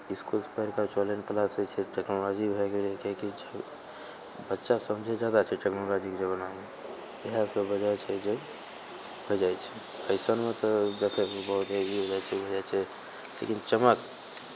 इसकुलसँ पढ़ि कऽ आबय छै ऑनलाइन क्लास होइ छै टेक्नोलॉजी भए गेलै किएक कि बच्चा सब जे जादा छै टेक्नोलॉजीके जमानामे इएह सब वजह छै जे हो जाइ छै फैशनमे तऽ जतेक ई हो जाइ छै उ हो जाइ छै लेकिन चमक